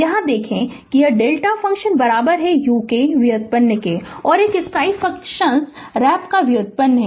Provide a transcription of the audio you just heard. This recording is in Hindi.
यहां देखा है कि Δ फ़ंक्शन u का व्युत्पन्न और एक इकाई स्टेप फंक्शन रैंप का व्युत्पन्न है